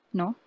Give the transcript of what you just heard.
no